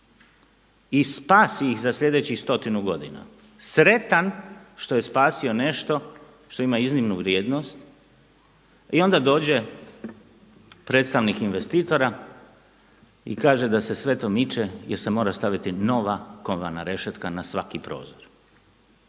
i spasi ih za sljedećih stotinu godina sretan što je spasio nešto što ima iznimnu vrijednost i onda dođe predstavnik investitora i kaže da se sve to miče jer se mora staviti nova kovana rešetka na svaki prozor.